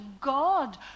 God